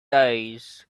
days